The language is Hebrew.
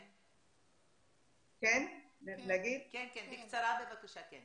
כן, בקצרה, בבקשה.